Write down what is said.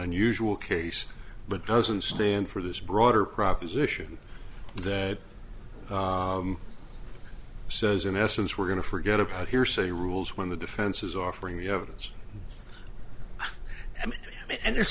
unusual case but doesn't stand for this broader proposition that says in essence we're going to forget about hearsay rules when the defense is offering the evidence and and